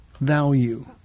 value